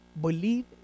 Believe